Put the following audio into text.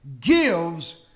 gives